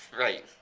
right.